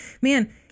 man